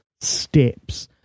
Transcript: steps